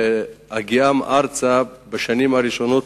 בהגיעם ארצה בשנים הראשונות,